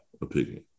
opinion